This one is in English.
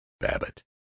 babbitt